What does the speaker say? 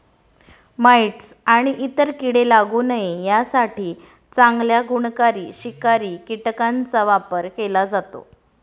mites आणि इतर कीडे लागू नये यासाठी चांगल्या गुणकारी शिकारी कीटकांचा वापर केला जातो